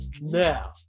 Now